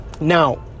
now